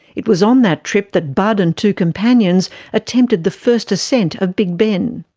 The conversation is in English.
it was on that trip that budd and two companions attempted the first ascent of big ben.